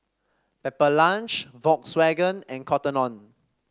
Pepper Lunch Volkswagen and Cotton On